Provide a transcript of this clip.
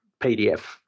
PDF